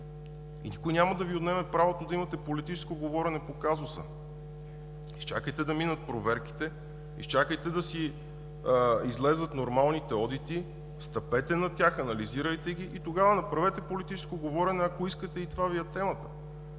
Никой няма да Ви отнеме правото да имате политическо говорене по казуса. Изчакайте да минат проверките, изчакайте да си излязат нормалните одити, стъпете на тях, анализирайте ги и тогава направете политическо говорене, ако искате и това Ви е темата.